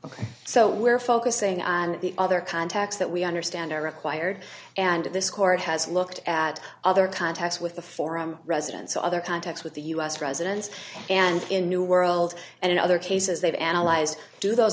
ok so we're focusing on the other contacts that we understand are required and this court has looked at other contacts with the forum residents other contacts with the u s residents and in new world and in other cases they've analyzed do those